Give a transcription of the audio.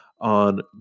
on